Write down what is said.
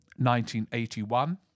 1981